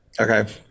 Okay